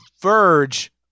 verge